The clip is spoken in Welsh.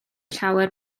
llawer